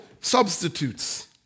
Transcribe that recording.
substitutes